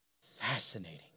Fascinating